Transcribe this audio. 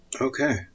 Okay